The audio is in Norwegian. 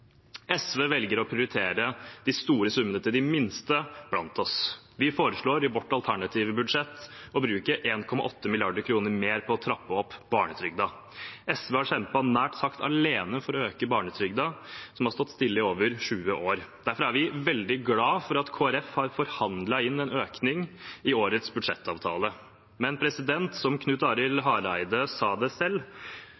SV velger å prioritere de store summene til de minste blant oss. Vi foreslår i vårt alternative budsjett å bruke 1,8 mrd. kr mer på å trappe opp barnetrygden. SV har kjempet nært sagt alene for å øke barnetrygden, som har stått stille i over 20 år. Derfor er vi veldig glade for at Kristelig Folkeparti har forhandlet inn en økning i årets budsjettavtale. Men som Knut Arild